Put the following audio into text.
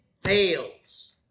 fails